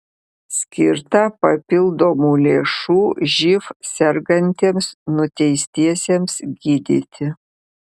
skirta papildomų lėšų živ sergantiems nuteistiesiems gydyti